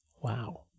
Wow